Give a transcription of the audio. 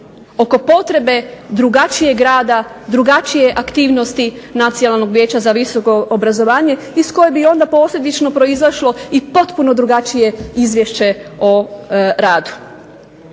oko potrebe drugačijeg rada, drugačije aktivnosti Nacionalnog vijeća za visoko obrazovanje iz koje bi onda posljedično proizašlo i potpuno drugačije Izvješće o radu.